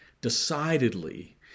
decidedly